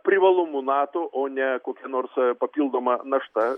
privalumu nato o ne kokia nors papildoma našta